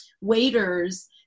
waiters